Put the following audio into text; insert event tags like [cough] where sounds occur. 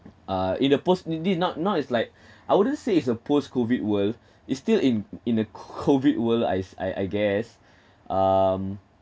uh if the post did did not now it's like [breath] I wouldn't say it's a post COVID world [breath] it's still in in the COVID world I s~ I I guess [breath] um